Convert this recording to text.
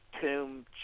tomb